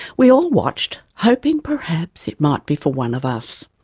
we all watched, hoping perhaps it might be for one of us.